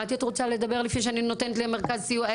מטי, את רוצה לדבר לפני שאני נותנת למרכזי הסיוע?